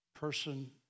Person